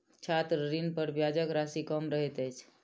छात्र ऋणपर ब्याजक राशि कम रहैत अछि